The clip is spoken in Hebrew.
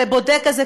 לבודק הזה,